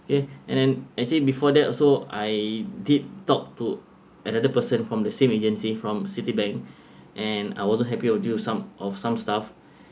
okay and then I say before that also I did talk to another person from the same agency from citibank and I wasn't happy oh due some of some stuff